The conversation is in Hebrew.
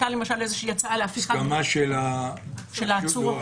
הסכמה של העצור?